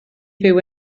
fyw